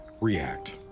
react